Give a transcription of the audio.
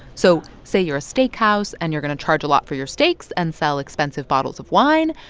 so say you're a steakhouse and you're going to charge a lot for your steaks and sell expensive bottles of wine,